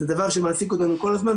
זה דבר שמעסיק אותנו כל הזמן,